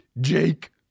Jake